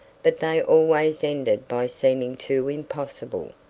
but they always ended by seeming too impossible.